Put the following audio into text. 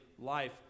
life